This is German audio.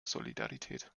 solidarität